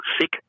sick